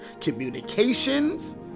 Communications